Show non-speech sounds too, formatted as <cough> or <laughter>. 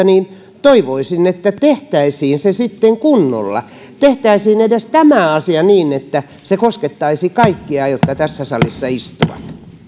<unintelligible> niin toivoisin että tehtäisiin se sitten kunnolla tehtäisiin edes tämä asia niin että se koskettaisi kaikkia jotka tässä salissa istuvat